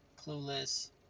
clueless